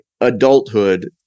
adulthood